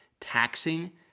Taxing